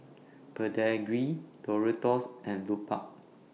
Pedigree Doritos and Lupark